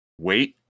Wait